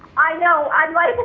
i know, i'm like,